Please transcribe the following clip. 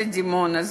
דימונה,